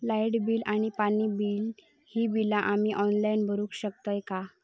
Light bill, पाणी bill, ही बिला आम्ही ऑनलाइन भरू शकतय का?